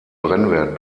brennwert